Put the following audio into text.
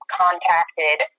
contacted